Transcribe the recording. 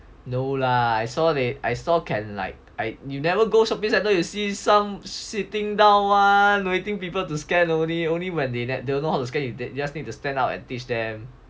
no lah I saw they I saw can like you never go shopping centre you see some sitting down [one] waiting people scan only when they don't know how to scan you just need to stand up and teach them